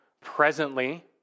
presently